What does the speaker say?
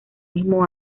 mismo